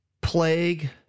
plague